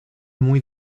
muy